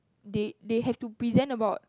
they they have to present about